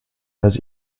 and